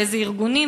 ואיזה ארגונים,